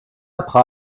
prend